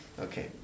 okay